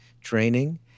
training